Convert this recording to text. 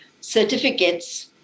certificates